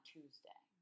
Tuesday